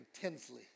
intensely